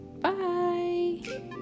Bye